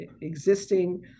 existing